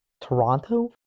Toronto